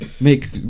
make